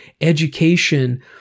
education